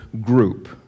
group